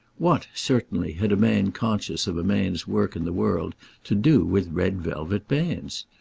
what, certainly, had a man conscious of a man's work in the world to do with red velvet bands?